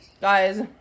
Guys